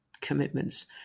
commitments